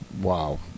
Wow